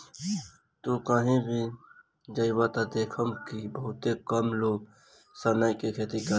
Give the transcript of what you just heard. तू कही भी जइब त देखब कि बहुते कम लोग सनई के खेती करेले